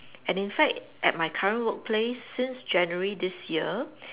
and in fact at my current work place since January this year